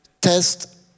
test